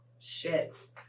shits